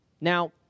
Now